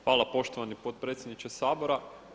Hvala poštovani potpredsjedniče Sabora.